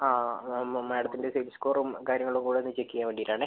മാഡത്തിൻ്റെ സിബിൽ സ്കോറും കാര്യങ്ങളും കൂടെയൊന്ന് ചെക്ക് ചെയ്യാൻ വേണ്ടിട്ടാണ്